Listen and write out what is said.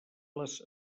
les